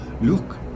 Look